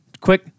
quick